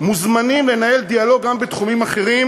מוזמנים לנהל דיאלוג גם בתחומים אחרים